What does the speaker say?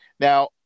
Now